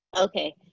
Okay